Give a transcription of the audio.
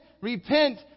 Repent